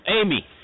Amy